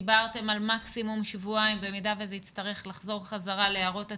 דיברתם על מקסימום שבועיים במידה וזה יצטרך לחזור חזרה להערות הציבור,